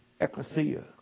Ecclesia